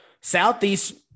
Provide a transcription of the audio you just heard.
Southeast